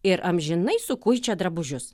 ir amžinai sukuičia drabužius